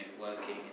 working